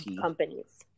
companies